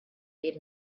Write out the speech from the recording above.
made